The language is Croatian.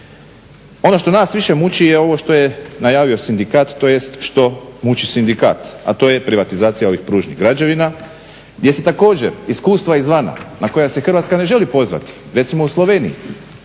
Ono što nas više muči je ono što je najavio sindikat tj. što muči sindikat, a to je privatizacija ovih pružnih građevina gdje se također iskustva izvana na koja se Hrvatska ne želi pozvati, recimo u Sloveniji,